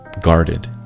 Guarded